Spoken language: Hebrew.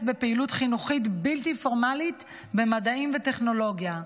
בפעילות חינוכית בלתי פורמלית במדעים וטכנולוגיה.